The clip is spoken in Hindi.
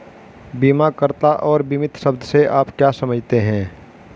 बीमाकर्ता और बीमित शब्द से आप क्या समझते हैं?